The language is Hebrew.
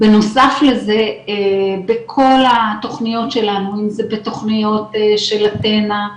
בנוסף לזה בכל התוכניות שלנו אם זה בתוכניות של אתינה,